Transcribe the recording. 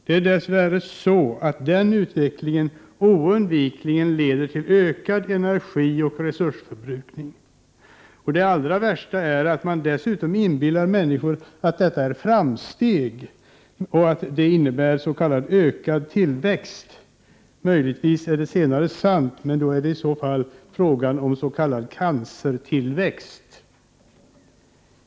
Det är dess värre så att den utvecklingen oundvikligen leder till ökad energioch resursförbrukning. Det allra värsta med detta är att man dessutom inbillar människor att detta är framsteg och innebär ökad tillväxt. Möjligtvis är det senare sant, men då är det i så fall fråga om s.k. cancertillväxt.